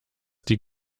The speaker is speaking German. die